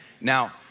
Now